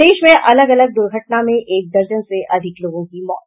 प्रदेश में अलग अलग दुर्घटना में एक दर्जन से अधिक लोगों की मौत